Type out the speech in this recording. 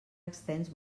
extens